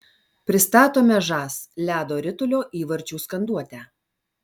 pristatome žas ledo ritulio įvarčių skanduotę